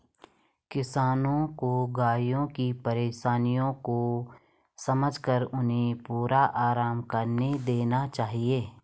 किसानों को गायों की परेशानियों को समझकर उन्हें पूरा आराम करने देना चाहिए